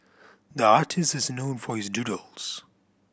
the artist is known for his doodles